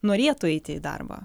norėtų eiti į darbą